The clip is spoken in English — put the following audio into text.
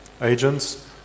agents